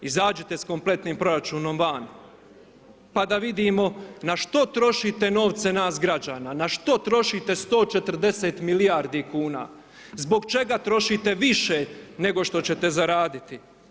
Izađite s kompletnim proračunom van, pa da vidimo na što trošite novce nas građana, na što trošite 140 milijardi kuna, zbog čega trošite više, nego što ćete zaraditi?